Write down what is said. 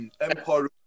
Empire